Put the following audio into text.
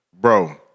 bro